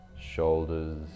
shoulders